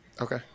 Okay